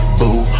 boo